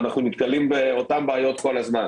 אנחנו נתקלים באותן בעיות כל הזמן